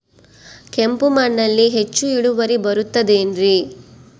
ಕೆಂಪು ಮಣ್ಣಲ್ಲಿ ಹೆಚ್ಚು ಇಳುವರಿ ಬರುತ್ತದೆ ಏನ್ರಿ?